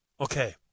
Okay